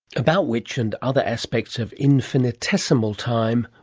about which, and other aspects of infinitesimal time,